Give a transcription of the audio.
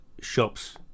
shops